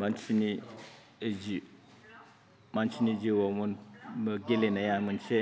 मानसिनि जिउआव गेलेनाया मोनसे